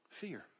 Fear